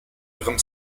ihrem